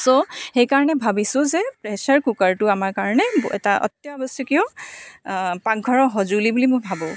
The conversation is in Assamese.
চ' সেইকাৰণে ভাবিছোঁ যে প্ৰেছাৰ কুকাৰটো আমাৰ কাৰণে এটা অত্যাৱশ্যকীয় পাকঘৰৰ সঁজুলি বুলি মই ভাবোঁ